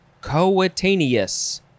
coetaneous